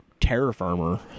Terraformer